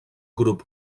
grup